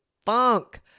funk